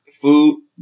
food